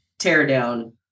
teardown